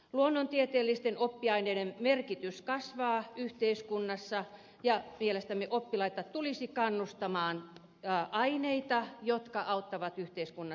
luonnontieteellisten oppiaineiden merkitys kasvaa yhteiskunnassa ja mielestämme oppilaita tulisi kannustaa opiskelemaan aineita jotka auttavat yhteiskunnassa selviämiseen